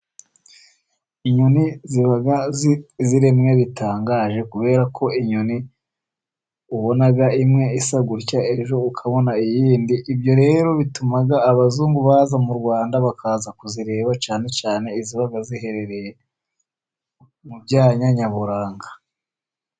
Inyoni ziba ziremwe bitangaje, kubera ko inyoni ubona imwe isa gutya, ejo ukabona iyindi, ibyo rero bituma abazungu baza mu Rwanda bakaza kuzireba, cyane cyane iziba ziherereye mu byanya nyaburanga.